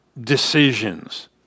decisions